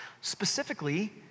Specifically